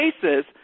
cases